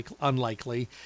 unlikely